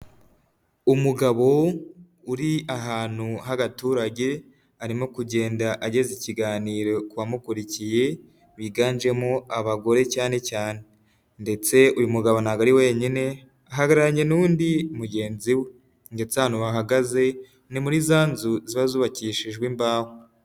Umugabo uri ahantu h'agaturage, arimo kugenda ageza ikiganiro ku bamukurikiye biganjemo abagore cyane cyane, ndetse uyu mugabo ntabwo ari wenyine ahagararanye n'undi mugenzi we ndetse ahantu bahagaze ni muri za nzu ziba zubakishijwe imbaho.